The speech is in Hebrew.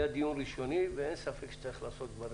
היה דיון ראשוני ואין ספק שצריך לעשות דברים